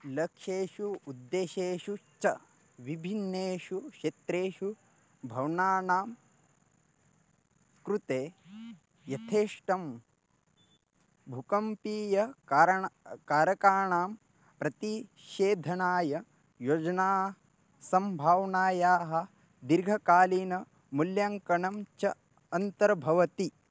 लक्ष्येषु उद्देशेषु च विभिन्नेषु क्षेत्रेषु भवनानां कृते यथेष्टं भूकम्पीय कारणं कारकाणां प्रतिषेधनाय योजना सम्भावनायाः दीर्घकालीनं मूल्याङ्कनं च अन्तर्भवति